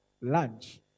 lunch